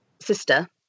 sister